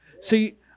See